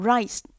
Rice